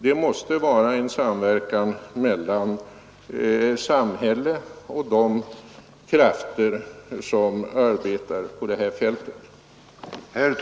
Det måste vara en samverkan mellan samhället och de krafter som arbetar på det här fältet.